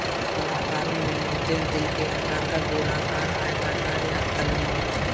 फल आकार में भिन्न होते हैं, दिल के आकार का, गोलाकार, आयताकार या अनियमित